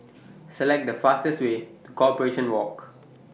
Select The fastest Way to Corporation Walk